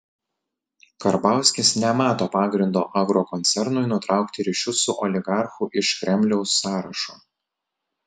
karbauskis nemato pagrindo agrokoncernui nutraukti ryšius su oligarchu iš kremliaus sąrašo